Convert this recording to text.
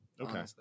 okay